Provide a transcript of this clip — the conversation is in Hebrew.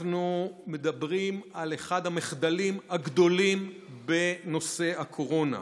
אנחנו מדברים על אחד המחדלים הגדולים בנושא הקורונה.